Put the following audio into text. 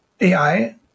AI